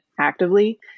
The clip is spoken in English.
actively